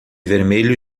vermelho